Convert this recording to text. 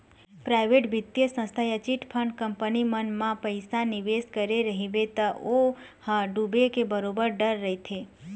private बित्तीय संस्था या चिटफंड कंपनी मन म पइसा निवेस करे रहिबे त ओ ह डूबे के बरोबर डर रहिथे